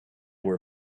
were